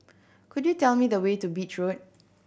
could you tell me the way to Beach Road